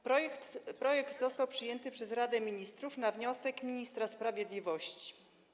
Projekt został przyjęty przez Radę Ministrów na wniosek ministra sprawiedliwości.